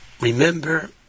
remember